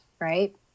right